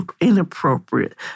inappropriate